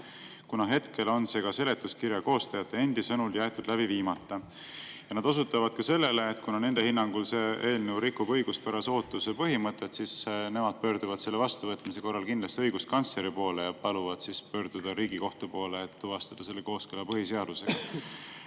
kuna hetkel on see ka seletuskirja koostajate endi sõnul jäetud läbi viimata. Nad osutavad ka sellele, et kuna nende hinnangul see eelnõu rikub õiguspärase ootuse põhimõtet, siis nemad pöörduvad selle vastuvõtmise korral kindlasti õiguskantsleri poole ja paluvad pöörduda Riigikohtu poole, et tuvastada selle kooskõla põhiseadusega.